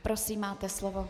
Prosím, máte slovo.